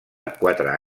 quatre